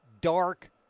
dark